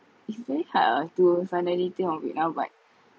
it's very hard ah to suddenly think about it now but